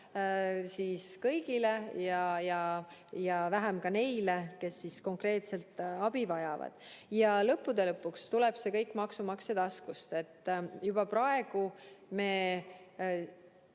sealhulgas vähem ka neid, kes konkreetselt abi vajavad. Ja lõppude lõpuks tuleb see kõik maksumaksja taskust. Juba praegu me